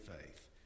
faith